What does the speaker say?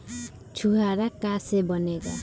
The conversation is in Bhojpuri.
छुआरा का से बनेगा?